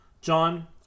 John